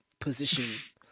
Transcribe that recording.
position